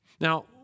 Now